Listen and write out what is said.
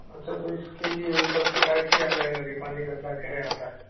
اچھا تو اس کے لیے اوپر شکایت کیا جائے گا کہ پانی گندا کاہے آتا ہے